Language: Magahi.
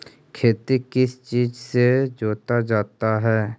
खेती किस चीज से जोता जाता है?